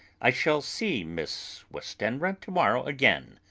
i shall see miss westenra to-morrow again.